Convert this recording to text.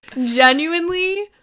genuinely